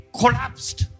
collapsed